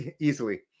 easily